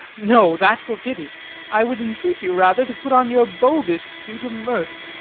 no, that were pity i would entreat you rather to put on your boldest suit of mirth,